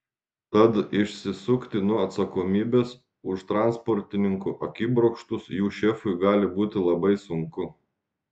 tad išsisukti nuo atsakomybės už transportininkų akibrokštus jų šefui gali būti labai sunku